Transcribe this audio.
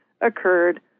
occurred